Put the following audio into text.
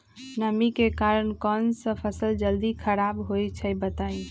नमी के कारन कौन स फसल जल्दी खराब होई छई बताई?